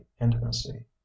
intimacy